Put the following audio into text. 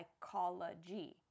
psychology